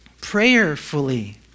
prayerfully